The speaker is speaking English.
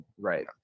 Right